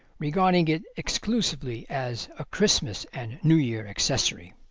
regarding it exclusively as a christmas and new year accessory.